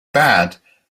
bad